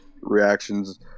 Reactions